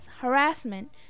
harassment